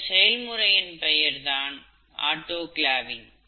இந்த செயல்முறையின் பெயர்தான் ஆட்டோ கிளாவிங்